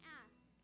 ask